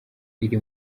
iri